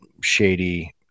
shady